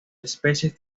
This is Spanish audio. especies